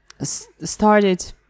started